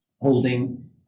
holding